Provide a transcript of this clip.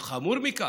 וחמור מכך,